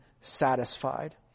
satisfied